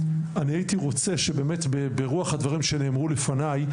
אני הייתי רוצה שברוח הדברים שנאמרו לפני,